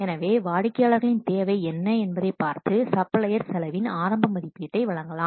எனவே வாடிக்கையாளர்களின் தேவை என்ன என்பதைப் பார்த்து சப்ளையர் செலவின் ஆரம்ப மதிப்பீட்டை வழங்கலாம்